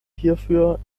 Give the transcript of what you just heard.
hierfür